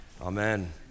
Amen